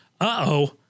uh-oh